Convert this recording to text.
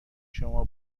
شما